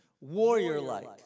warrior-like